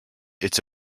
its